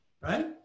right